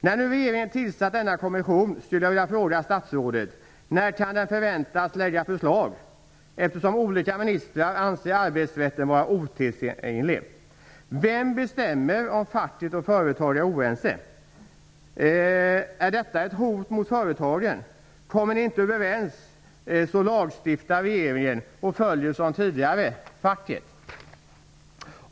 När nu regeringen tillsatt denna kommission, eftersom olika ministrar anser arbetsrätten vara otidsenlig, skulle jag vilja fråga statsrådet: När kan kommissionen förväntas lägga fram förslag? Vem bestämmer om fack och företag är oense? Är detta ett hot mot företagen? Kommer man inte överens, lagstiftar regeringen och följer som tidigare facket.